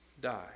die